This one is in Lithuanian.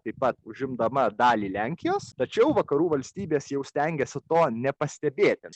taip pat užimdama dalį lenkijos tačiau vakarų valstybės jau stengiasi to nepastebėti